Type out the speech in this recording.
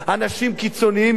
אנשים קיצוניים יותר.